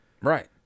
Right